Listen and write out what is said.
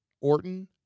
Orton